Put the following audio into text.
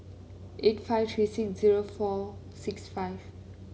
eight five three six zero four six five